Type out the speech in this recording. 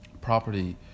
property